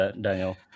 Daniel